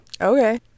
okay